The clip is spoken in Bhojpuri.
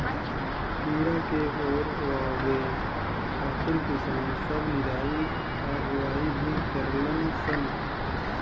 कीड़ा के ओरवावे खातिर किसान सब निराई आ गुड़ाई भी करलन सन